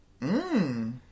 Mmm